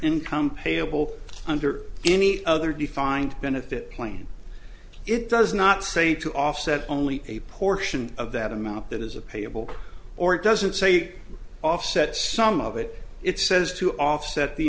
income payable under any other defined benefit plan it does not say to offset only a portion of that amount that is a payable or it doesn't say offset some of it it says to offset the